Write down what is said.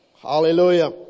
Hallelujah